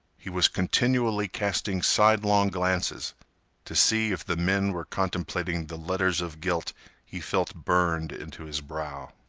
he was continually casting sidelong glances to see if the men were contemplating the letters of guilt he felt burned into his brow.